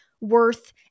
worth